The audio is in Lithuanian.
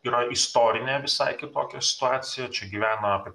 yra istorinė visai kitokia situacija čia gyvena apie